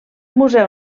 museu